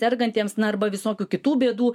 sergantiems na arba visokių kitų bėdų